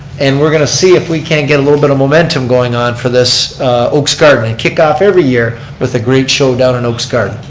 and we're going to see if we can't get a little bit of momentum going on for this oakes garden. and kick off every year with a great show down in oakes garden.